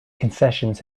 concessions